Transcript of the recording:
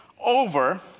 over